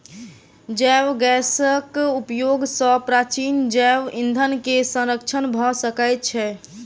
जैव गैसक उपयोग सॅ प्राचीन जैव ईंधन के संरक्षण भ सकै छै